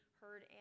heard